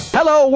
hello